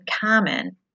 common